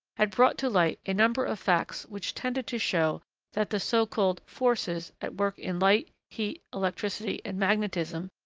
had brought to light a number of facts which tended to show that the so-called forces at work in light, heat, electricity, and magnetism,